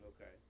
okay